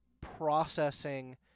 processing